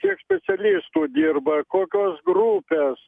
kiek specialistų dirba kokios grupės